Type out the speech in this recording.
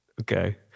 okay